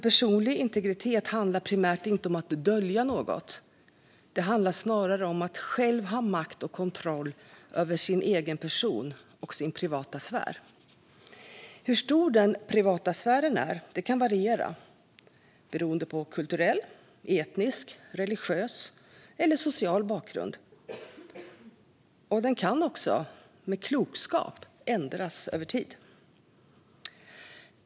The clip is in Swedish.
Personlig integritet handlar primärt inte om att dölja något. Det handlar snarare om att själv ha makt och kontroll över sin egen person och sin privata sfär. Hur stor den privata sfären är kan variera beroende på kulturell, etnisk, religiös eller social bakgrund. Den kan också med klokskap ändras över tid.